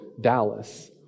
Dallas